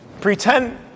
pretend